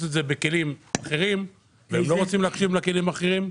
את זה בכלים אחרים והם לא רוצים להקשיב לכלים האחרים.